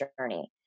journey